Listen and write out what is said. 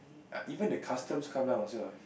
uh even the customs come down also ah